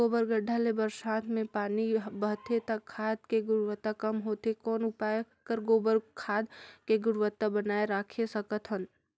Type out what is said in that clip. गोबर गढ्ढा ले बरसात मे पानी बहथे त खाद के गुणवत्ता कम होथे कौन उपाय कर गोबर खाद के गुणवत्ता बनाय राखे सकत हन?